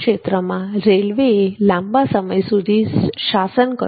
આ ક્ષેત્રમાં રેલવેએ લાંબા સમય સુધી શાસન કર્યું છે